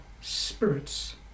spirits